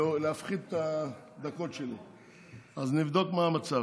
להפחית את הדקות שלי, אז נבדוק מה המצב,